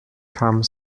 kann